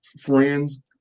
friends